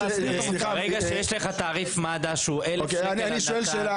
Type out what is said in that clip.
ברגע שיש לך תעריף מד"א שהוא 1,000 שקל על דקה